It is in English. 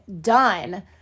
done